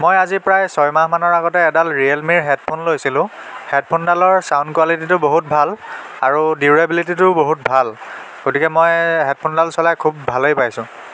মই আজি প্ৰায় ছয় মাহমানৰ আগতে এডাল ৰিয়েলমিৰ হেডফোন লৈছিলোঁ হেডফোনডালৰ ছাউণ্ড কুৱালিটিটো বহুত ভাল আৰু ডিউৰেবিলিটিটোও বহুত ভাল গতিকে মই হেডফোনডাল চলাই খুউব ভালেই পাইছোঁ